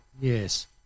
Yes